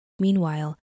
Meanwhile